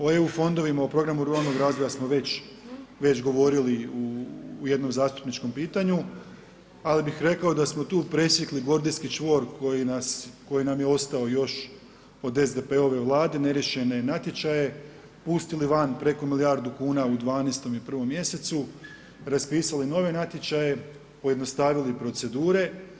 O EU fondovima o programima ruralnog razvoja smo već govorili u jednom zastupničkom pitanju, ali bih rekao, da samo tu presjekli … čvor koji nam je ostao još od SDP-ove Vlade, neriješene natječaje, pustili van preko milijardu kn u 12. i 1. mjesecu, raspisali nove natječaje, pojednostavili procedure.